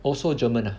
also German ah